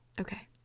Okay